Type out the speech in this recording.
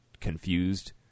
confused